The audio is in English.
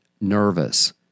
nervous